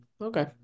okay